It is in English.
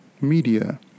media